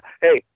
hey